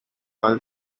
oil